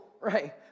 right